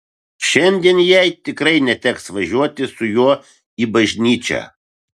šiandien jai tikrai neteks važiuoti su juo į bažnyčią